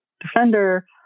defender